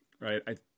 right